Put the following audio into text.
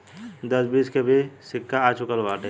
दस बीस के भी सिक्का आ चूकल बाटे